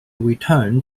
return